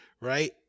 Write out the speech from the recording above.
right